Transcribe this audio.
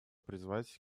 призвать